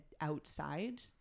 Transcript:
outside